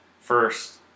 first